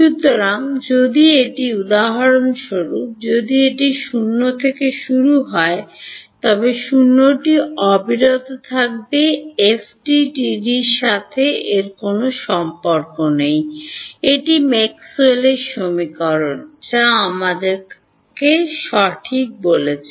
সুতরাং যদি এটি উদাহরণস্বরূপ যদি এটি 0 থেকে শুরু হয় তবে 0 টি অবিরত থাকবে FDTD র সাথে এর কোনও সম্পর্ক নেই এটি ম্যাক্সওয়েলের Maxwell'sসমীকরণ যা আমাকে সঠিক বলেছে